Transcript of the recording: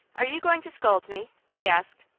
are you going to scold me? he asked.